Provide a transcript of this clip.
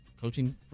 coaching